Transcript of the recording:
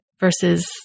Versus